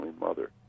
mother